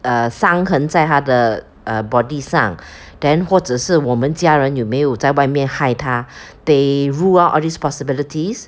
err 伤痕在他的 uh body 上 then 或者是我们家人有没有在外面害他 they rule out all these possibilities